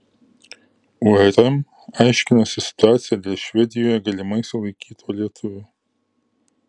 urm aiškinasi situaciją dėl švedijoje galimai sulaikyto lietuvio